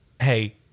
hey